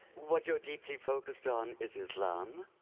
what you're deeply focused on is islam,